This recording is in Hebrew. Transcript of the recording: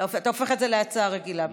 בעצם, אתה הופך את זה להצעה רגילה.